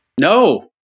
No